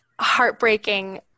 heartbreaking